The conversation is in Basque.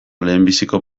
lehenbiziko